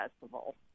festival